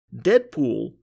Deadpool